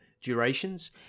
durations